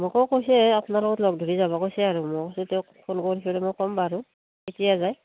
মোকো কৈছে আপোনাৰ লগত লগ ধৰি যাব কৈছে আৰু মোক যে তেওঁক ফোন কৰিছিলোঁ মই ক'ম বাৰু কেতিয়া যায়